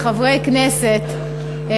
כחברי כנסת,